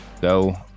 Go